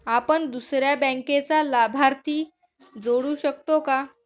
आपण दुसऱ्या बँकेचा लाभार्थी जोडू शकतो का?